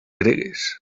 gregues